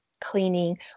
cleaning